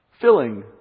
filling